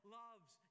loves